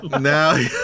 Now